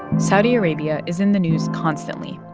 saudi arabia is in the news constantly.